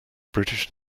british